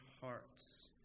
hearts